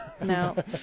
no